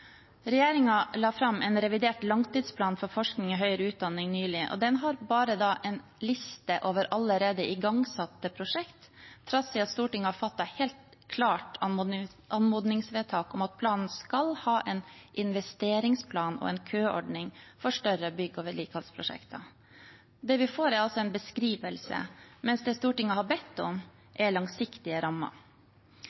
la nylig fram en revidert langtidsplan for forskning og høyere utdanning, og den har bare en liste over allerede igangsatte prosjekt, trass i at Stortinget har fattet et helt klart anmodningsvedtak om at planen skal ha en investeringsplan og en køordning for større bygg- og vedlikeholdsprosjekter. Vi får en beskrivelse, men Stortinget har bedt om